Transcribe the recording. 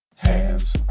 Hands